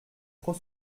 trop